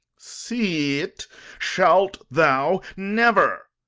see't shalt thou never.